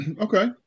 okay